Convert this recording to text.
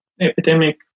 epidemic